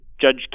Judge